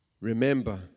Remember